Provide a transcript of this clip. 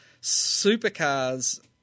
Supercars